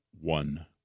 one